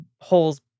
holes